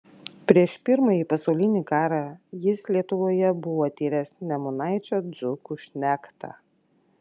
prieš pirmąjį pasaulinį karą jis lietuvoje buvo tyręs nemunaičio dzūkų šnektą